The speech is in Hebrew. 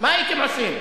מה הייתם עושים?